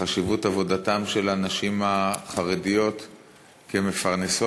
לחשיבות עבודתן של הנשים החרדיות כמפרנסות,